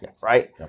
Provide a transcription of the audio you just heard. right